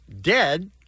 dead